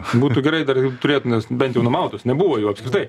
būtų gerai dar turėt nes bent jau numautus nebuvo jų apskritai